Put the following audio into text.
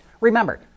Remember